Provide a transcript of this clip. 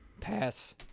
Pass